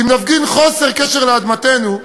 אם נפגין חוסר קשר לאדמתנו,